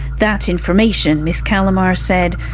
that information, ms callamard said,